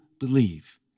Believe